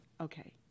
Okay